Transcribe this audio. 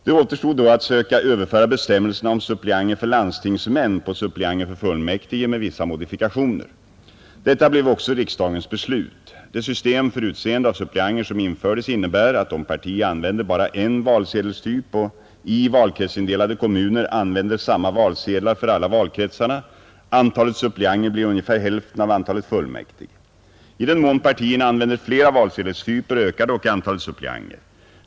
Det återstod då att söka överföra bestämmelserna om suppleanter för landstingsmän på suppleanter för fullmäktige, med vissa modifikationer. Detta blev också riksdagens beslut. Det system för utseende av suppleanter som infördes innebär att om parti använder bara en valsedelstyp och, i valkretsindelade kommuner, använder samma valsedlar för alla valkretsarna, antalet suppleanter blir ungefär hälften av antalet fullmäktige. I den mån partierna använder flera valsedelstyper ökar dock antalet suppleanter.